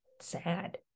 sad